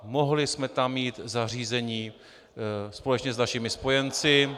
Mohli jsme tam mít zařízení společně s našimi spojenci.